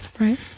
Right